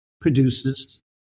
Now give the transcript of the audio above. produces